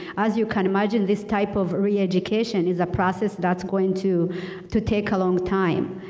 as you can imagine this type of re-education is a process that's going to to take a long time.